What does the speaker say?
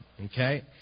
Okay